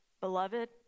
Beloved